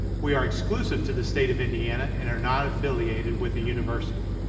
we are exclusive to the state of indiana, and are not affiliated with a university.